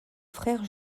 frère